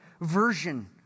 version